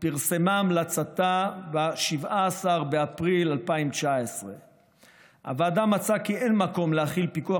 ופרסמה המלצתה ב-17 באפריל 2019. הוועדה מצאה כי אין מקום להחיל פיקוח